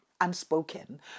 unspoken